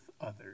others